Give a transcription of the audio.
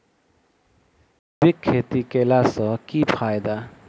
जैविक खेती केला सऽ की फायदा?